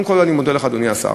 קודם כול, אני מודה לך, אדוני השר,